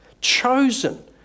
chosen